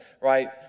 right